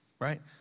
right